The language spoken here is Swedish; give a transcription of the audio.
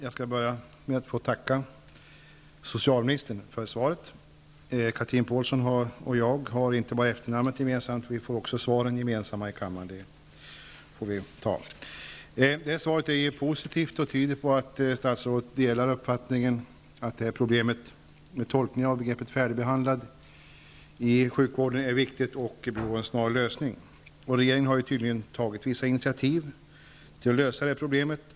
Herr talman! Jag får tacka socialministern för svaret. Chatrine Pålsson och jag har inte bara efternamnet gemensamt. Vi får också ta emot svar i kammaren gemensamt. Svaret är positivt och tyder på att statsrådet delar uppfattningen att problemet med tolkningen av begreppet färdigbehandlad i sjukvården är viktigt och behöver en snar lösning. Regeringen har tydligen tagit vissa initiativ för att lösa problemet. Det är bra.